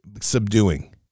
subduing